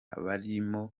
barimo